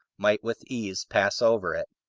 might with ease pass over it.